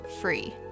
free